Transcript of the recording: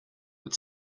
but